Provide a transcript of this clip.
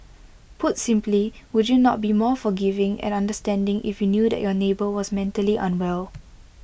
put simply would you not be more forgiving and understanding if you knew that your neighbour was mentally unwell